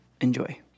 Enjoy